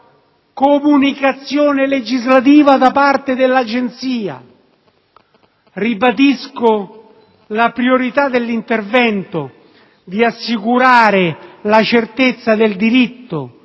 "comunicazione legislativa" da parte dell'Agenzia. Ribadisco la priorità dell'obiettivo di assicurare la certezza del diritto